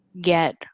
get